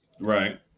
right